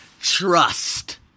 trust